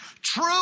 True